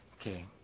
okay